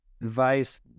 Advice